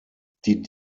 die